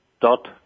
dot